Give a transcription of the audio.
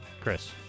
Chris